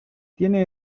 tiene